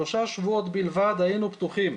שלושה שבועות בלבד היינו פתוחים,